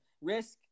Risk